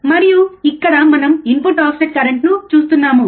మరియు ఇక్కడ మనం ఇన్పుట్ ఆఫ్సెట్ కరెంట్ చూస్తున్నాము